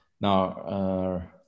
Now